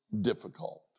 difficult